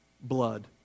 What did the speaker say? blood